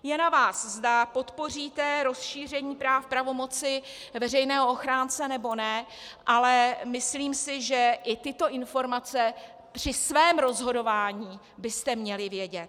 Je na vás, zda podpoříte rozšíření práv pravomoci veřejného ochránce, nebo ne, ale myslím si, že i tyto informace při svém rozhodování byste měli vědět.